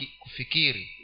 kufikiri